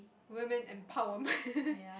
women empowerment